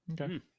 Okay